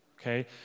Okay